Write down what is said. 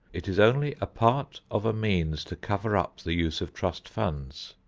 it is only a part of a means to cover up the use of trust funds.